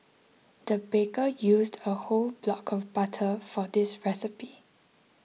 the baker used a whole block of butter for this recipe